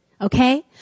Okay